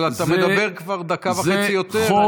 אבל אתה מדבר כבר דקה וחצי יותר.